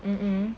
mm